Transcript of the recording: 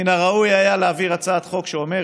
מן הראוי היה להעביר הצעת חוק שאומרת: